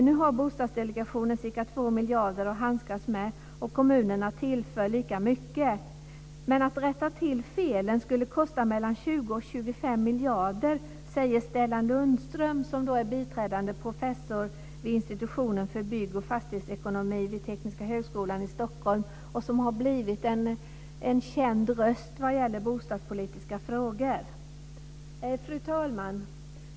Nu har Bostadsdelegationen ca 2 miljarder att handskas med, och kommunerna tillför lika mycket. Att rätta till felen skulle kosta mellan 20 och 25 miljarder, säger Stellan Lundström som är biträdande professor vid Institutionen för bygg och fastighetsekonomi vid Tekniska högskolan i Stockholm. Han har blivit en känd röst när det gäller bostadspolitiska frågor. Fru talman!